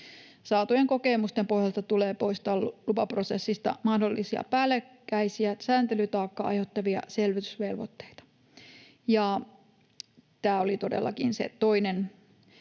Saatujen kokemusten pohjalta tulee poistaa lupaprosessista mahdollisia päällekkäisiä sääntelytaakkaa aiheuttavia selvitysvelvoitteita. Ja tämä oli todellakin se toinen